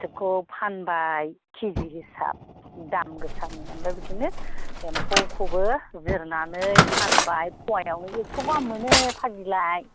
फिथोबखौ फानबाय केजि हिसाब दामगोसा मोनबा बिदिनो एम्फौखौबो जिरनानै फानबाय फ'वायावनो एकस' गाहाम मोनो फाग्लिलाय